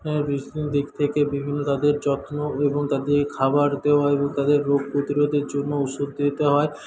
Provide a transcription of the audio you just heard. দিক থেকে বিভিন্ন তাদের যত্ন এবং তাদের খাবার দেওয়া এবং তাদের রোগ প্রতিরোধের জন্য ওষুধ দিতে হয়